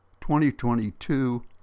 2022